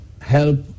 help